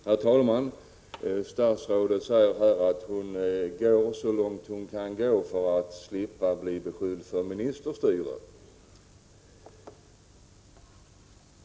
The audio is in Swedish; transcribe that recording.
Herr talman! Statsrådet säger att hon går så långt hon kan gå utan att bli beskylld för ministerstyre.